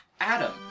Adam